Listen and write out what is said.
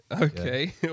Okay